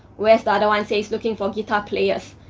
whereas the and one says looking for guitar players.